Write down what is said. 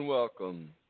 Welcome